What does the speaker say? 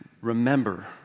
remember